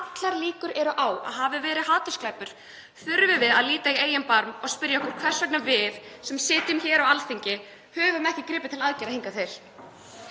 allar líkur eru á að hafi verið hatursglæpur, þurfum við að líta í eigin barm og spyrja okkur hvers vegna við sem sitjum hér á Alþingi höfum ekki gripið til aðgerða hingað til.